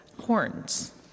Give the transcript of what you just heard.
horns